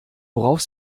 worauf